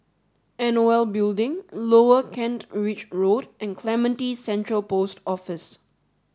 N O L Building Lower Kent Ridge Road and Clementi Central Post Office